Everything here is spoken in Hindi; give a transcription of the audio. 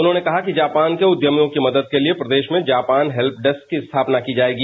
उन्होंने कहा कि जापान के उद्यमियों की मदद के लिए प्रदेश में जापान हेल्पडेस्क की स्थापना की जाएगी